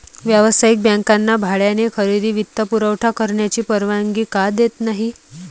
व्यावसायिक बँकांना भाड्याने खरेदी वित्तपुरवठा करण्याची परवानगी का देत नाही